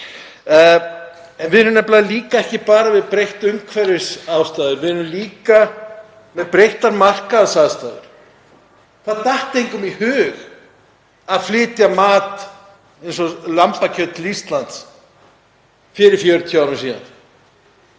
Við búum nefnilega ekki bara við breyttar umhverfisaðstæður, við erum líka með breyttar markaðsaðstæður. Það datt engum í hug að flytja mat eins og lambakjöt til Íslands fyrir 40 árum síðan.